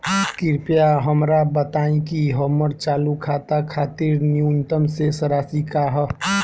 कृपया हमरा बताइं कि हमर चालू खाता खातिर न्यूनतम शेष राशि का ह